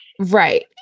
right